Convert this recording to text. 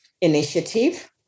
initiative